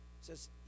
says